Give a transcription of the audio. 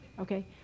okay